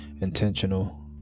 intentional